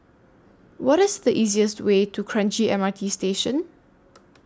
What IS The easiest Way to Kranji M R T Station